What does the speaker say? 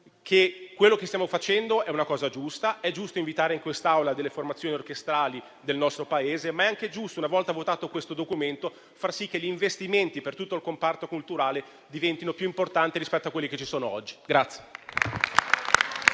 che quello che stiamo facendo è una cosa giusta, è giusto invitare in quest'Aula delle formazioni orchestrali del nostro Paese, ma è anche giusto, una volta votato questo documento, far sì che gli investimenti per tutto il comparto culturale diventino più importanti di quelli che ci sono oggi.